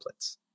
templates